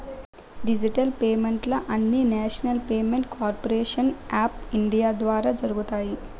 digital పేమెంట్లు అన్నీనేషనల్ payment corporation of India ద్వారా జరుగుతాయి